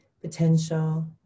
potential